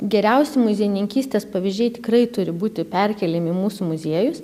geriausi muziejininkystės pavyzdžiai tikrai turi būti perkeliami į mūsų muziejus